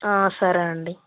సరే అండి